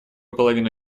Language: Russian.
половину